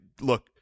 look